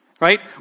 right